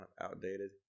outdated